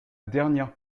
dernière